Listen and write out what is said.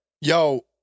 yo